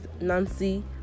Nancy